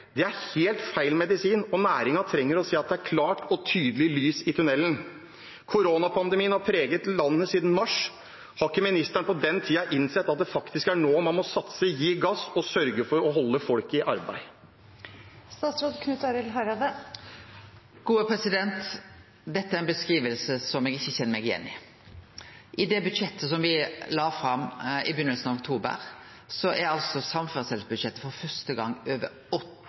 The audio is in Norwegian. Det er helt feil medisin, og næringen trenger å se at det klart og tydelig er lys i tunnelen. Koronapandemien har preget landet siden mars. Har ikke ministeren på den tiden innsett at det faktisk er nå man må satse, gi gass og sørge for å holde folk i arbeid? Dette er ei beskriving som eg ikkje kjenner meg igjen i. I det budsjettet som me la fram i byrjinga av oktober, er altså samferdselsbudsjettet for første gang over